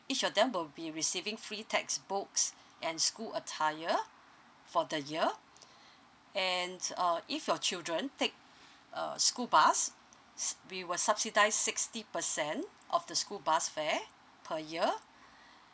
each of them will be receiving free textbooks and school attire for the year and uh if your children take uh school bus s~ we will subsidize sixty percent of the school bus fare per year